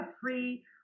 free